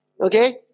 okay